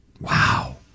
Wow